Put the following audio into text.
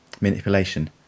manipulation